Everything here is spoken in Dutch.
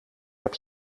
heb